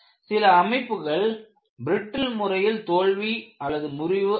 சில அமைப்புகள் பிரட்டில் முறையில் தோல்வி முறிவு அடையும்